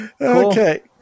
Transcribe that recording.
Okay